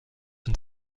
and